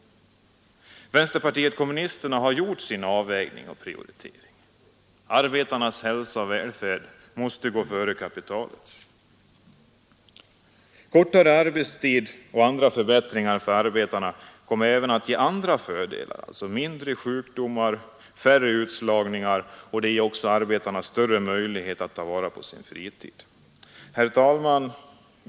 Vänsterpartiet kommunisterna har gjort sin avvägning och prioritering: arbetarnas hälsa och välfärd måste gå före kapitalets. Kortare arbetstid och andra förbättringar för arbetarna kommer även att ge andra fördelar: färre sjukdagar och färre utslagningar samt större möjligheter för arbetarna att ta vara på sin fritid. Herr talman!